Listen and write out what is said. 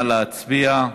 נא להצביע.